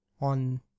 on